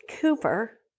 Cooper